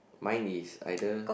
mine is either